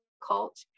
difficult